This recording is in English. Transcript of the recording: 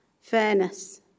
fairness